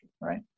right